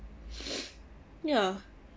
ya